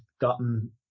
gotten